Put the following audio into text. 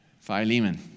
Philemon